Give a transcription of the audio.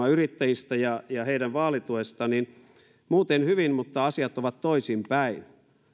yrittäjistä ja ja heidän vaalituestaan niin muuten hyvin mutta asiat ovat toisin päin